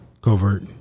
covert